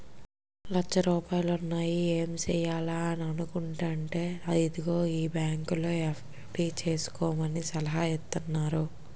లచ్చ రూపాయలున్నాయి ఏం సెయ్యాలా అని అనుకుంటేంటే అదిగో ఆ బాంకులో ఎఫ్.డి సేసుకోమని సలహా ఇత్తన్నారు